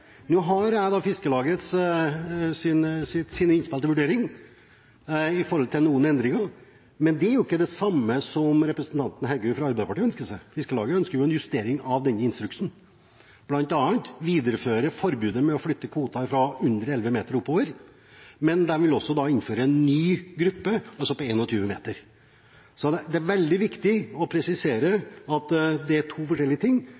jeg det er litt merkelig. Nå har jeg Fiskarlagets innspill til vurdering i forhold til noen endringer. Men de er ikke de samme som representanten Heggø fra Arbeiderpartiet ønsker seg. Fiskarlaget ønsker en justering av denne instruksen, bl.a. å videreføre forbudet mot å flytte kvoter fra under 11 meter og oppover. Men de vil også innføre en ny gruppe, på 21 meter. Det er veldig viktig å presisere at det er to forskjellige ting,